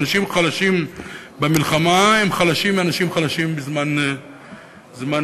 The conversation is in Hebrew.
אנשים חלשים במלחמה הם אנשים חלשים בזמן שלום.